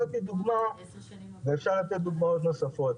זאת דוגמה ואפשר להציג דוגמאות נוספות.